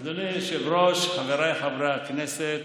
אדוני היושב-ראש, חבריי חברי הכנסת,